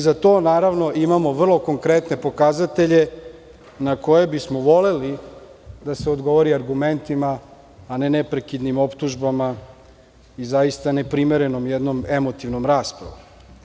Za to imamo naravno vrlo konkretne pokazatelje, na koje voleli bismo, da se odgovori argumentima, a ne neprekidnim optužbama i zaista neprimerenom jednom emotivnom raspravom.